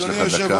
יש לך דקה.